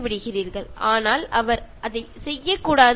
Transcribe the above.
അദ്ദേഹം പറയുന്നത് നിങ്ങൾ അങ്ങനെ ചെയ്യാൻ പാടില്ല